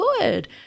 good